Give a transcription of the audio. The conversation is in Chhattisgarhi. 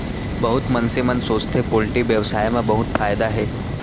बहुत मनसे मन सोचथें पोल्टी बेवसाय म बहुत फायदा हे